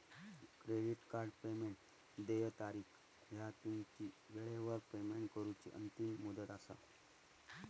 credit card payment देय तारीख ह्या तुमची वेळेवर पेमेंट करूची अंतिम मुदत असा